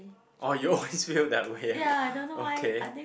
orh you always feel that way ah okay